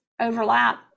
overlap